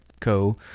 co